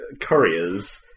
couriers